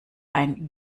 ein